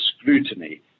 scrutiny